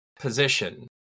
position